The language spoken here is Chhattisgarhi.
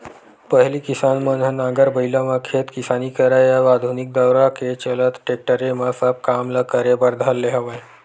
पहिली किसान मन ह नांगर बइला म खेत किसानी करय अब आधुनिक दौरा के चलत टेक्टरे म सब काम ल करे बर धर ले हवय